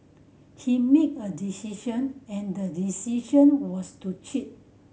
he made a decision and the decision was to cheat